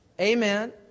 Amen